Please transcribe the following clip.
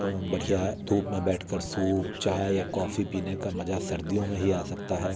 तो मैं बढ़िया धूप में बैठ कर शुप चाय या कॉफी पीने का मज़ा सर्दियों में ही आ सकता है